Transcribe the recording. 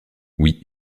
oui